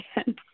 again